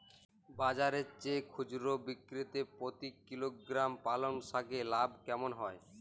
বাজারের চেয়ে খুচরো বিক্রিতে প্রতি কিলোগ্রাম পালং শাকে লাভ কেমন হয়?